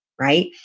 right